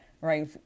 right